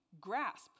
grasp